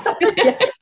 Yes